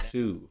Two